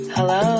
Hello